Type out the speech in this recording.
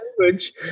language